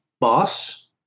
boss